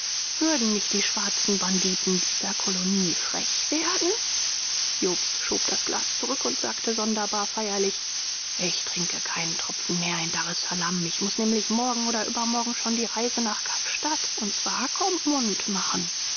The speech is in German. würden nicht die schwarzen banditen dieser kolonie frech werden jobst schob das glas zurück und sagte sonderbar feierlich ich trinke keinen tropfen mehr in daressalam ich muß nämlich morgen oder übermorgen schon die reise nach kapstadt und swakopmund machen